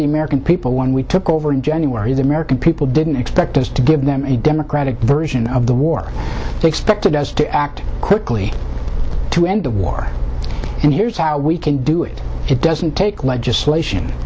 the american people when we took over in january the american people didn't expect us to give them a democratic version of the war they expected us to act quickly to end the war and here's how we can do it it doesn't take legislation